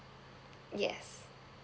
yes